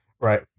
Right